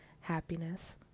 happiness